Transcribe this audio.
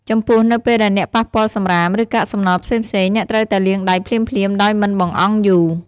ចំពោះ នៅពេលដែលអ្នកប៉ះពាល់សំរាម ឬកាកសំណល់ផ្សេងៗ អ្នកត្រូវតែលាងដៃភ្លាមៗដោយមិនបង្អង់យូរ។